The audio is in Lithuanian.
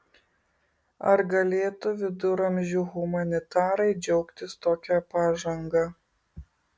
ar galėtų viduramžių humanitarai džiaugtis tokia pažanga